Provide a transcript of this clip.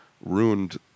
ruined